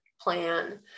plan